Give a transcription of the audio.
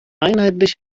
einheitlich